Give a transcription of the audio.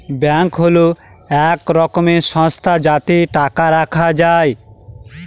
bank হল এক রকমের সংস্থা যাতে টাকা রাখা যায়